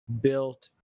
built